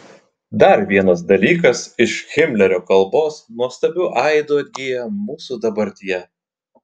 dar vienas dalykas iš himlerio kalbos nuostabiu aidu atgyja mūsų dabartyje